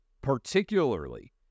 particularly